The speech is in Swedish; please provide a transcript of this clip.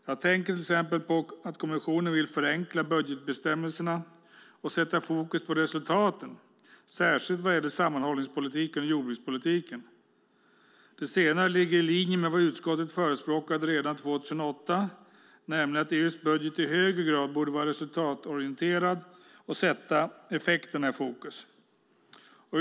Jag tänker till exempel på att kommissionen vill förenkla budgetbestämmelserna och sätta fokus på resultaten, särskilt vad gäller sammanhållningspolitiken och jordbrukspolitiken. Det senare ligger i linje med vad utskottet förespråkade redan 2008, nämligen att EU:s budget i högre grad borde vara resultatorienterad och sätta effekterna i fokus.